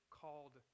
called